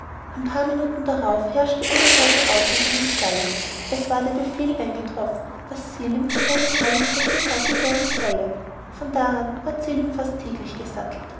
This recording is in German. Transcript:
ein paar minuten darauf herrschte unerhörte aufregung im stalle es war der befehl eingetroffen daß selim für seine herrlichkeit gesattelt werden solle von da an ward selim fast täglich gesattelt